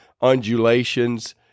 undulations